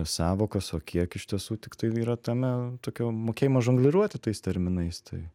sąvokas o kiek iš tiesų tik tai yra tame tokio mokėjimo žongliruoti tais terminais tai